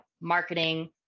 marketing